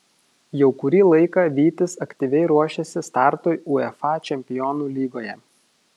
jau kurį laiką vytis aktyviai ruošiasi startui uefa čempionų lygoje